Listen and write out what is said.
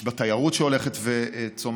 יש בה תיירות שהולכת וצומחת,